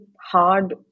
hard